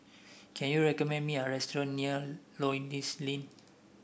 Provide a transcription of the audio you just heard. can you recommend me a restaurant near Lloyds Inn